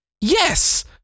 yes